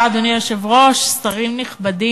אדוני היושב-ראש, תודה רבה, שרים נכבדים,